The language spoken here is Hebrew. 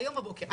הבוקר.